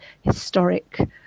historic